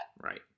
Right